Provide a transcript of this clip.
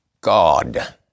God